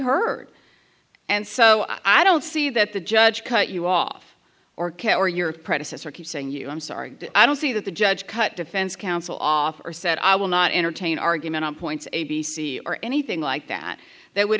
heard and so i don't see that the judge cut you off or care or your predecessor keeps saying you know i'm sorry i don't see that the judge cut defense counsel off or said i will not entertain argument on points a b c or anything like that that would